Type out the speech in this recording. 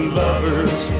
lovers